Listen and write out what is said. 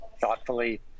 thoughtfully